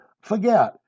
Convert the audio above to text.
forget